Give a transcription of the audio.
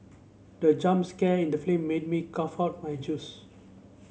the jump scare in the film made me cough out my juice